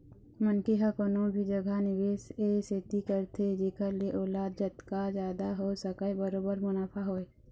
मनखे ह कोनो भी जघा निवेस ए सेती करथे जेखर ले ओला जतका जादा हो सकय बरोबर मुनाफा होवय